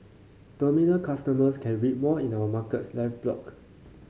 terminal customers can read more in our Markets Live blog